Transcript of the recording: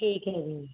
ਠੀਕ ਹੈ ਜੀ